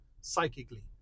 psychically